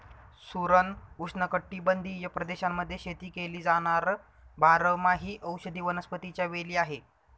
सुरण उष्णकटिबंधीय प्रदेशांमध्ये शेती केली जाणार बारमाही औषधी वनस्पतीच्या वेली आहे